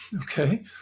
Okay